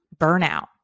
burnout